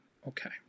Okay